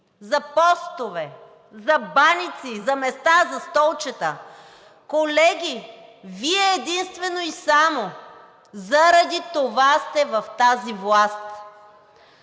за постове, за баници, за места, за столчета. Колеги, Вие единствено и само заради това сте в тази власт.